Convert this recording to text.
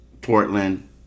Portland